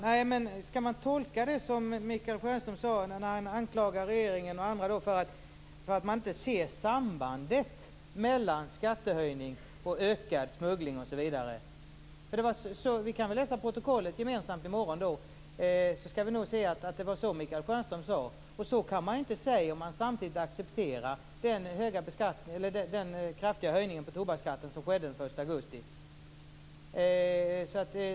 Fru talman! Hur skall man tolka det som Michael Stjernström sade när han anklagade regeringen och andra för att man inte ser sambandet mellan skattehöjning och ökad smuggling? Vi kan läsa protokollet gemensamt i morgon så skall vi nog se att det var så Michael Stjernström sade. Så kan man inte säga om man samtidigt accepterar den kraftiga höjningen av tobaksskatten som skedde den 1 augusti.